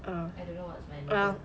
um I don't know what's my local account